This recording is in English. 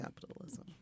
capitalism